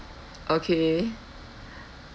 okay